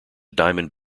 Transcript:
diamond